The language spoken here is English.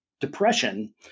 depression –